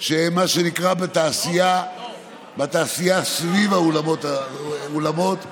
שהם מה שנקרא בתעשייה שסביב האולמות ואולמות והשמחות,